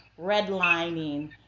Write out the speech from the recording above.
Redlining